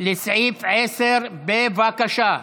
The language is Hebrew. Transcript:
לסעיף 10. בבקשה.